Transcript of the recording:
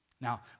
Now